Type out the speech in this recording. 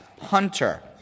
hunter